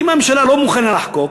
ואם הממשלה לא מוכנה לחוקק,